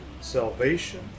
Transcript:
salvation